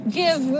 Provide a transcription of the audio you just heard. give